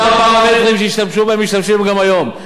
אותם פרמטרים שהשתמשו בהם משתמשים גם היום.